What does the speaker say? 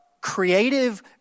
creative